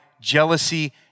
jealousy